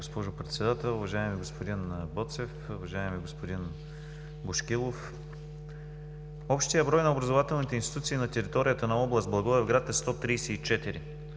госпожо Председател, уважаеми господин Боцев, уважаеми господин Бошкилов! Общият брой на образователните институции на територията на област Благоевград е 134